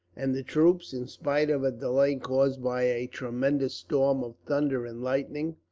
and the troops, in spite of a delay caused by a tremendous storm of thunder and lightning,